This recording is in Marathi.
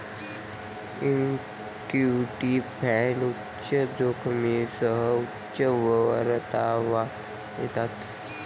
इक्विटी फंड उच्च जोखमीसह उच्च परतावा देतात